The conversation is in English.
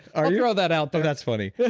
i'll throw that out there oh, that's funny. yeah